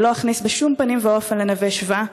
אני לא אכניס בשום פנים ואופן ל"נווה שבא".